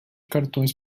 cartões